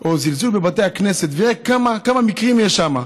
או "זלזול בבתי הכנסת", ויראה כמה מקרים יש שם.